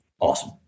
awesome